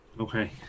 Okay